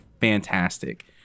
fantastic